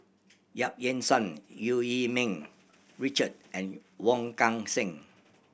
Yap Ee Chian Eu Yee Ming Richard and Wong Kan Seng